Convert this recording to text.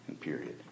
Period